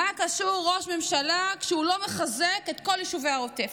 מה קשור ראש ממשלה כשהוא לא מחזק את כל יישובי העוטף?